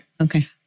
Okay